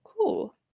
Cool